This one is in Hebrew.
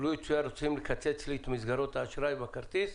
רוצים לקצץ לי את מסגרות האשראי הכרטיס,